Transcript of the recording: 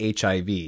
hiv